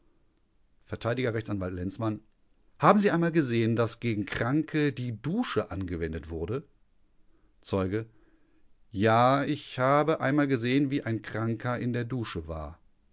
r a lenzmann haben sie einmal gesehen daß gegen kranke die dusche angewendet wurde zeuge ja ich habe einmal gesehen wie ein kranker in der dusche war